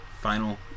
final